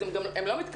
אז הם גם לא מתקדמים,